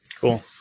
Cool